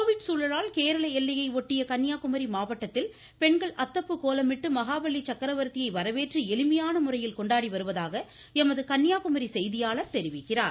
Covid சூழலால் கேரள எல்லையை ஒட்டிய கன்னியாகுமரி மாவட்டத்தில் பெண்கள் அத்தப்பூ கோலமிட்டு மகாபலி சக்கரவர்த்தியை வரவேற்று எளிமையான முறையில் கொண்டாடி வருவதாக எமது கன்னியாகுமரி செய்தியாளர் தெரிவிக்கிறார்